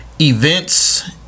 events